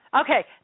Okay